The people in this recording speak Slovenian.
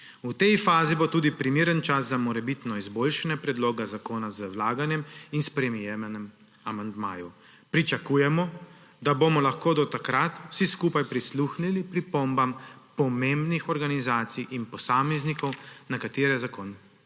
V tej fazi bo tudi primeren čas za morebitno izboljšanje predloga zakona z vlaganjem in sprejemanjem amandmajev. Pričakujemo, da bomo lahko do takrat vsi skupaj prisluhnili pripombam pomembnih organizacij in posameznikov, na katere zakon